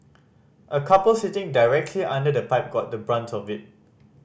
a couple sitting directly under the pipe got the brunt of it